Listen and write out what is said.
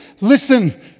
Listen